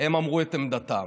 הם אמרו את עמדתם.